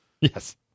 Yes